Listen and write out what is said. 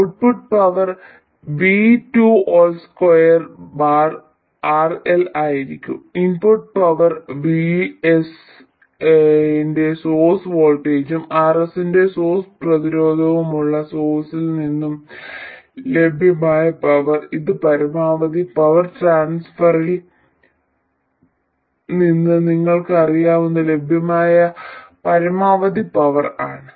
output power 2 RL ആയിരിക്കും input power VS ന്റെ source വോൾട്ടേജും RS ന്റെ സോഴ്സ് പ്രതിരോധവുമുള്ള സോഴ്സിൽ നിന്നുള്ള ലഭ്യമായ പവർ ഇത് പരമാവധി പവർ ട്രാൻസ്ഫറിൽ നിന്ന് നിങ്ങൾക്ക് അറിയാവുന്ന ലഭ്യമായ പരമാവധി പവർ ആണ്